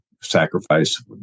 sacrifice